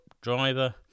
driver